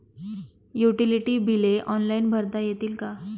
Utility बिले online भरता येतील का?